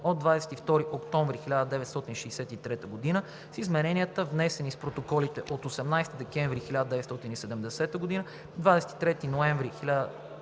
от 22 октомври 1963 г. (с измененията, внесени с протоколите от 18 декември 1970 г., 23 ноември